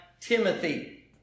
Timothy